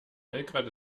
belgrad